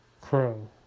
Crow